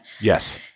Yes